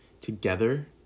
together